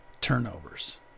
turnovers